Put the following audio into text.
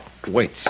Wait